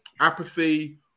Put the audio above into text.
apathy